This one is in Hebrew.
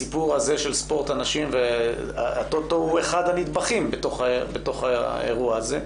הסיפור הזה של ספורט הנשים והטוטו הוא אחד נדבכים בתוך האירוע הזה,